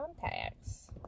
Contacts